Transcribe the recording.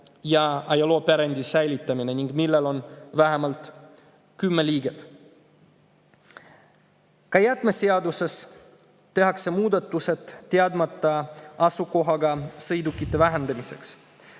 ja ajaloopärandi säilitamine ning millel on vähemalt kümme liiget. Ka jäätmeseaduses tehakse muudatused teadmata asukohaga sõidukite hulga vähendamiseks.